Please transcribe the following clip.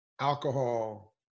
alcohol